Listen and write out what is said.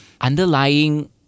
underlying